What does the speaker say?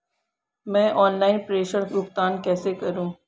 मैं ऑनलाइन प्रेषण भुगतान कैसे करूँ?